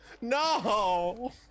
No